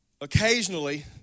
Occasionally